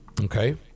okay